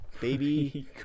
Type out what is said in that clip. Baby